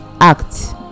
act